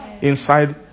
inside